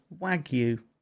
wagyu